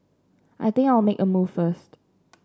I think I'll make a move first